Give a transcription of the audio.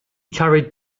carried